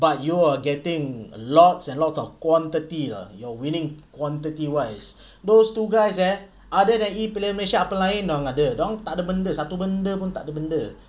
but you are getting lots and lots of quantity ah you're winning quantity wise those two guys eh other than E piala malaysia apa lain dengan other dia orang takde benda satu benda pun takde benda